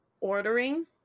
ordering